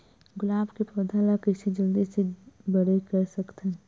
गुलाब के पौधा ल कइसे जल्दी से बड़े कर सकथन?